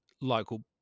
local